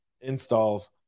installs